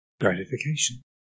Gratification